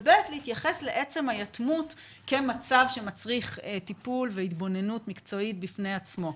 ולהתייחס לעצם היתמות כמצב שמצריך טיפול והתבוננות מקצועית בפני עצמו.